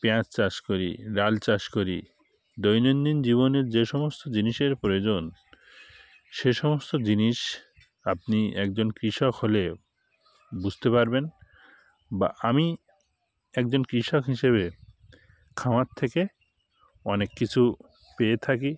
পেঁয়াজ চাষ করি ডাল চাষ করি দৈনন্দিন জীবনের যে সমস্ত জিনিসের প্রয়োজন সে সমস্ত জিনিস আপনি একজন কৃষক হলে বুঝতে পারবেন বা আমি একজন কৃষক হিসেবে খামার থেকে অনেক কিছু পেয়ে থাকি